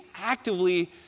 actively